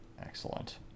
Excellent